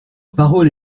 parole